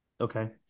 Okay